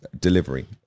delivery